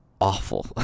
Awful